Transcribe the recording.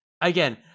again